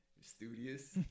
Studious